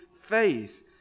faith